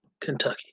Kentucky